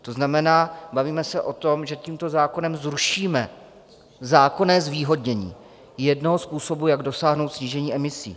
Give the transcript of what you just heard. To znamená, že se bavíme o tom, že tímto zákonem zrušíme zákonné zvýhodnění jednoho způsobu, jak dosáhnout snížení emisí.